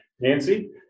Nancy